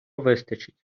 вистачить